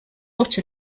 what